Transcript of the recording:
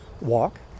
walk